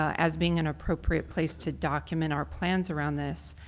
as being an appropriate place to document our plans around this.